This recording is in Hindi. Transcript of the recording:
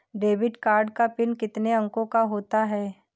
डेबिट कार्ड का पिन कितने अंकों का होता है?